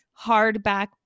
hardback